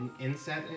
inset